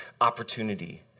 opportunity